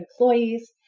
employees